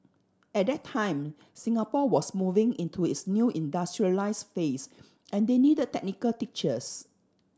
at that time Singapore was moving into its new industrialise phase and they need technical teachers